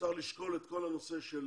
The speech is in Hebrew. צריך לשקול את כל הנושא של